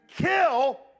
kill